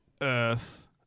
Earth